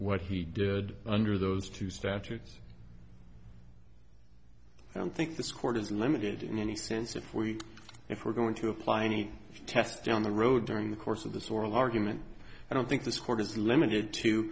what he did under those two statutes i don't think this court is limited in any sense if we if we're going to apply any test down the road during the course of this oral argument i don't think this court is limited to